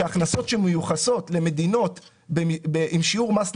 שהכנסות שמיוחסות למדינות עם שיעור מס נמוך,